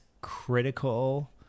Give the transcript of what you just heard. critical